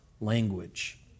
language